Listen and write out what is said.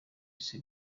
isi